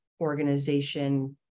organization